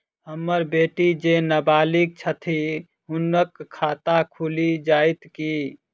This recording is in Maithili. हम्मर बेटी जेँ नबालिग छथि हुनक खाता खुलि जाइत की?